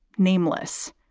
nameless,